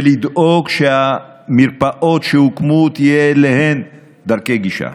ולדאוג שהמרפאות שהוקמו, יהיו אליהן דרכי גישה.